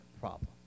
problem